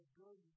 good